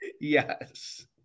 Yes